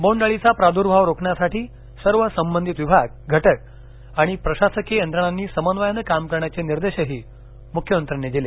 बोंडअळीचा प्रादुर्भाव रोखण्यासाठी सर्व संबंधित विभाग घटक आणि प्रशासकीय यंत्रणांनी समन्वयानं काम करण्याचे निर्देशही मुख्यमंत्र्यांनी दिले